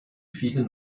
viele